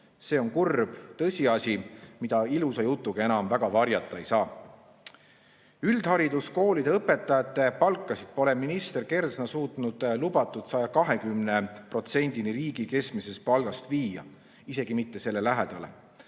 See on kurb tõsiasi, mida ilusa jutuga enam väga varjata ei saa. Üldhariduskoolide õpetajate palka pole minister Kersna suutnud viia lubatud 120%‑ni riigi keskmisest palgast, isegi mitte selle lähedale.